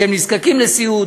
שהם נזקקים לסיעוד,